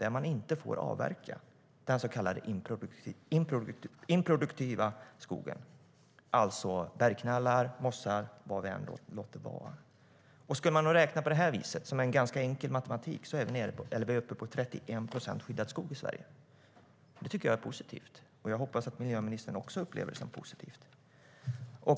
Det är den så kallade improduktiva skogen, alltså bergknallar, mossar och vad det än må vara. Där får man inte avverka. Skulle man räkna på det här viset, en ganska enkel matematik, är vi uppe i 31 procent skyddad skog i Sverige. Det tycker jag är positivt, och jag hoppas att miljöministern också upplever det som positivt.